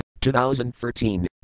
2013